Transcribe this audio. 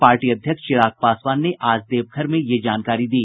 party अध्यक्ष चिराग पासवान ने आज देवघर में यह जानकारी दी